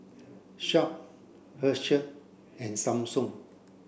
Sharp Herschel and Samsung